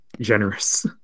generous